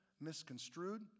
misconstrued